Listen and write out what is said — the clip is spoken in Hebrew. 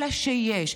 אלא שיש.